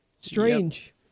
Strange